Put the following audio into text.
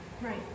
Right